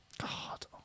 God